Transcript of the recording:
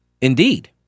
Indeed